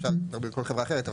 אפשר לדבר על כל חברה אחרת,